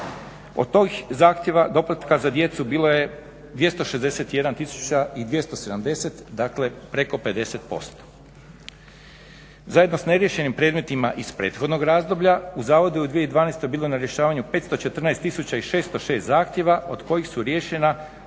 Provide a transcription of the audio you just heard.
od tih zahtjeva doplatka za djecu bilo je 261 tisuća i 270, dakle preko 50%. Zajedno s neriješenim predmetima iz prethodnog razdoblja, u zavodu je u 2012. bilo na rješavanju 514 tisuća i 606 zahtjeva od kojih su riješena